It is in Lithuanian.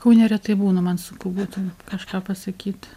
kaune retai būnu man sunku būtų kažką pasakyt